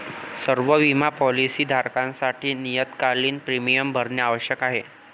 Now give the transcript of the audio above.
सर्व बिमा पॉलीसी धारकांसाठी नियतकालिक प्रीमियम भरणे आवश्यक आहे